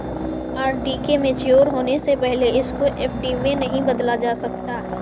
RD के mature होने से पहले इसको एफ.डी में नहीं बदला जा सकता